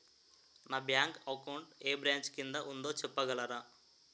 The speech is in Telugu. నా బ్యాంక్ అకౌంట్ ఏ బ్రంచ్ కిందా ఉందో చెప్పగలరా?